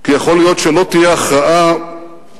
כי יכול להיות שלא תהיה הכרעה בין